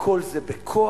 הכול זה בכוח,